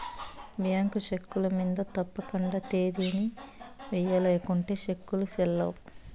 bank చెక్కుల మింద తప్పకండా తేదీని ఎయ్యల్ల లేకుంటే సెక్కులు సెల్లవ్